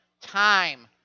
time